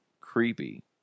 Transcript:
creepy